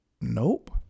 Nope